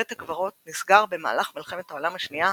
בית הקברות נסגר במהלך מלחמת העולם השנייה,